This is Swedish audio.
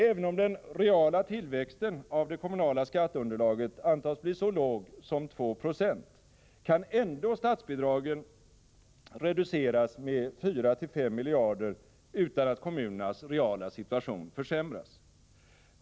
Även om den reala tillväxten av det kommunala skatteunderlaget antas bli så låg som 2 96, kan statsbidragen ändå reduceras med 4-5 miljarder utan att kommunernas reala situation försämras.